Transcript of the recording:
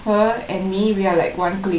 her and me we are like one clique